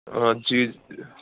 آ جی